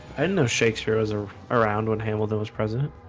and know shakespeare was ah around when handled that was president